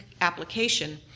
application